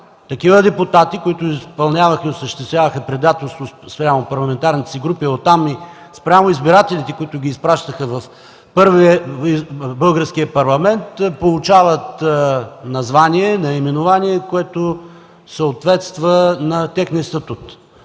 такива депутати, които изпълняваха и осъществяваха предателство спрямо парламентарните си групи, оттам и спрямо избирателите, които ги изпращаха в българския парламент, получават наименование, което съответства на техния статут.